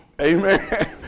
Amen